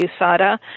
USADA